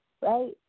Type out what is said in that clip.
right